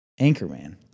Anchorman